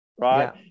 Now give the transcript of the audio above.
Right